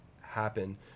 happen